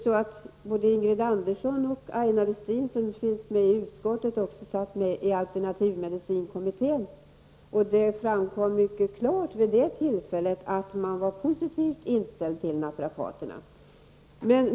Både Ingrid Andersson och Aina Westin, som är ledamot av utskottet, satt med i alternativmedicinkommittén. Det framkom mycket klart vid det tillfället att man var positivt inställd till naprapaterna.